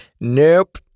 Nope